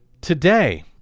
today